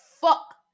fuck